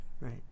Right